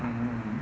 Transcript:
mmhmm mmhmm